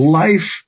life